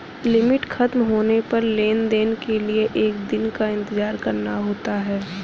limit खत्म होने पर लेन देन के लिए एक दिन का इंतजार करना होता है